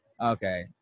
okay